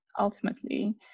ultimately